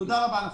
תודה רבה לכם.